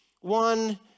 one